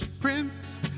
Prince